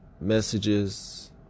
messages